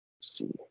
see